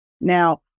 Now